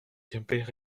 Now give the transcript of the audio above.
quimper